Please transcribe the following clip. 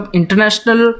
international